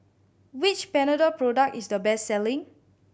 which Panadol product is the best selling